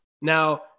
Now